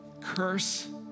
curse